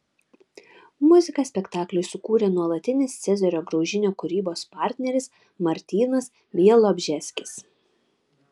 muziką spektakliui sukūrė nuolatinis cezario graužinio kūrybos partneris martynas bialobžeskis